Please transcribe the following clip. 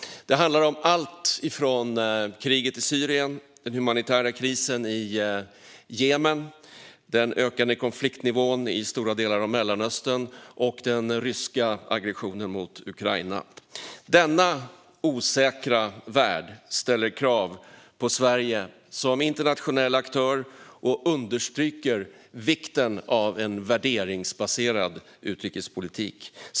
Det handlar om allt från kriget i Syrien, den humanitära krisen i Jemen, den ökade konfliktnivån i stora delar av Mellanöstern och den ryska aggressionen mot Ukraina. Denna osäkra värld ställer krav på Sverige som internationell aktör och understryker vikten av en värderingsbaserad utrikespolitik.